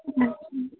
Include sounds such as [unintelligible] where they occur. [unintelligible]